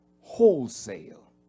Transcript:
wholesale